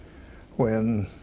when